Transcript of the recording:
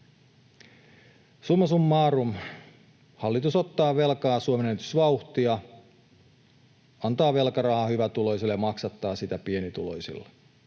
Summa summarum: hallitus ottaa velkaa suomenennätysvauhtia, antaa velkarahaa hyvätuloisille ja maksattaa sitä pienituloisilla.